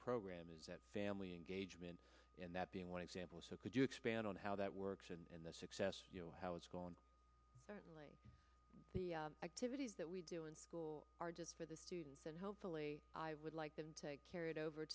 program is that family engagement and that being one example so could you expand on how that works and the success you know how it's gone the activity we do in school are just for the students and hopefully i would like them to carry it over